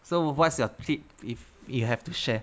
so what's your tip if you have to share